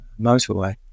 motorway